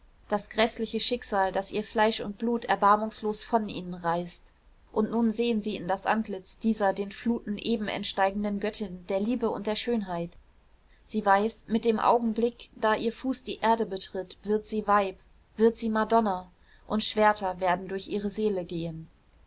das gräßliche schicksal das ihr fleisch und blut erbarmungslos von ihnen reißt und nun sehen sie in das antlitz dieser den fluten eben entsteigenden göttin der liebe und der schönheit sie weiß mit dem augenblick da ihr fuß die erde betritt wird sie weib wird sie madonna und schwerter werden durch ihre seele gehen